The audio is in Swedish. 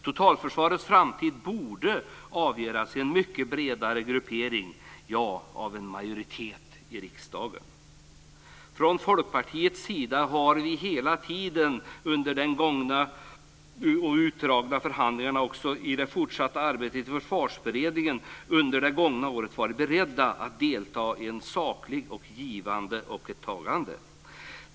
Totalförsvarets framtid borde avgöras av en mycket bredare gruppering, ja, av en majoritet i riksdagen. Från Folkpartiets sida har vi hela tiden under de gångna utdragna förhandlingarna och i det fortsatta arbetet i Försvarsberedningen under det gångna året varit beredda att delta i ett sakligt givande och tagande.